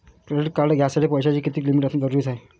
Credit card घ्यासाठी पैशाची कितीक लिमिट असनं जरुरीच हाय?